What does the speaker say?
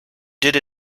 did